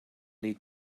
need